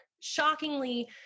shockingly